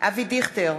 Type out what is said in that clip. אבי דיכטר,